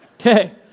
Okay